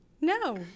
No